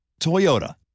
Toyota